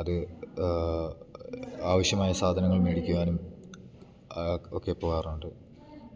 അത് ആവശ്യമായ സാധനങ്ങൾ മേടിക്കുവാനും ഒക്കെ പോവാറുണ്ട്